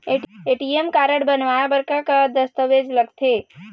ATM card बनवाए बर का का दस्तावेज लगथे?